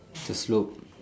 it's a slope